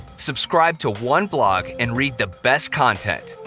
subscribe to one blog, and read the best content.